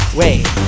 wait